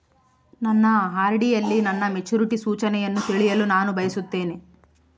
ನನ್ನ ಆರ್.ಡಿ ಯಲ್ಲಿ ನನ್ನ ಮೆಚುರಿಟಿ ಸೂಚನೆಯನ್ನು ತಿಳಿಯಲು ನಾನು ಬಯಸುತ್ತೇನೆ